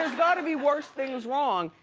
gotta be worse things wrong.